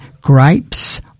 grapes